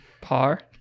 par